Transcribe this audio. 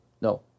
no